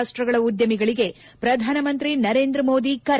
ರಾಷ್ಕಗಳ ಉದ್ಯಮಿಗಳಿಗೆ ಪ್ರಧಾನಮಂತ್ರಿ ನರೇಂದ್ರ ಮೋದಿ ಕರೆ